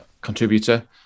contributor